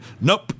Nope